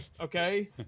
Okay